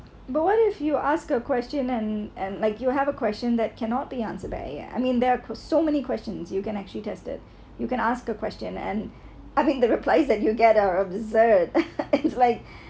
but what if you ask a question and and like you have a question that cannot be answered by A_I I mean there are because so many questions you can actually tested you can ask a question and I mean the replies that you'll get are absurd it's like